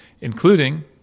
including